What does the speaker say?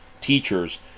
teachers